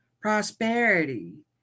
prosperity